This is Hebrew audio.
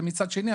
ומצד שני,